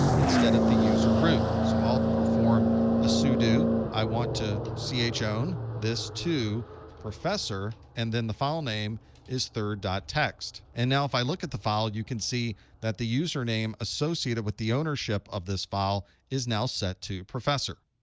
instead of the user root. so i'll perform a sudo. i want to see chown this to professor, and then the file name is third txt. and now if i look at the file, you can see that the username associated with the ownership of this file is now set to professor.